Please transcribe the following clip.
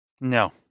No